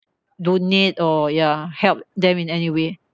donate or ya help them in any way